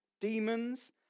demons